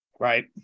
Right